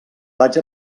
vaig